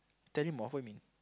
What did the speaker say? tell me more what you mean